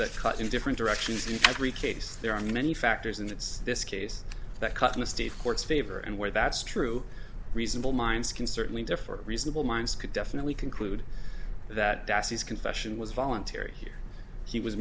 that cut in different directions in every case there are many factors and it's this case that cut in the state courts favor and where that's true reasonable minds can certainly differ reasonable minds could definitely conclude that bassis confession was voluntary here he was